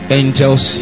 angels